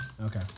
Okay